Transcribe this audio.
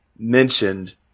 Mentioned